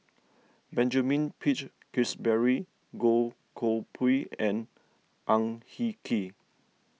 Benjamin Peach Keasberry Goh Koh Pui and Ang Hin Kee